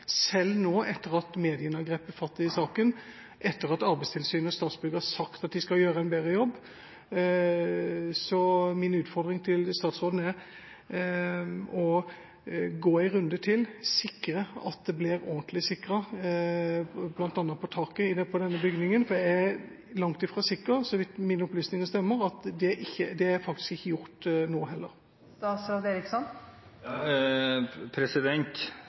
selv nå etter at mediene har grepet fatt i saken, etter at Arbeidstilsynet og Statsbygg har sagt at de skal gjøre en bedre jobb. Så min utfordring til statsråden er å gå en runde til, sikre at det blir ordentlig sikret bl.a. på taket av denne bygningen. For jeg er langt fra sikker – så vidt mine opplysninger stemmer, er det faktisk ikke gjort nå heller.